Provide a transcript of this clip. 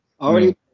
already